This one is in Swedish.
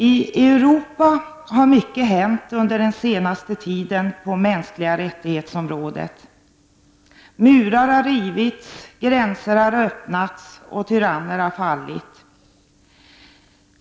I Europa har mycket hänt under den senaste tiden i fråga om mänskliga rättigheter, murar har rivits, gränser har öppnats och tyranner har fallit.